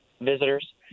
visitors